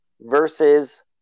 versus